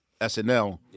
SNL